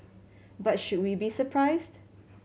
but should we be surprised